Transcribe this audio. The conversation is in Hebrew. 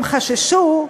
הם חששו,